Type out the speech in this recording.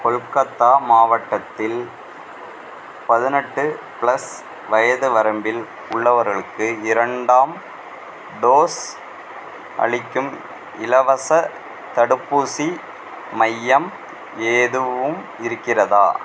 கொல்கத்தா மாவட்டத்தில் பதினெட்டு ப்ளஸ் வயது வரம்பில் உள்ளவர்களுக்கு இரண்டாம் டோஸ் அளிக்கும் இலவசத் தடுப்பூசி மையம் எதுவும் இருக்கிறதா